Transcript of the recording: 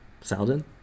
Saladin